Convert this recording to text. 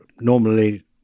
normally